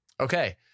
okay